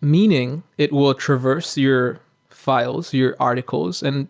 meaning it will traverse your files, your articles and